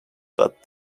but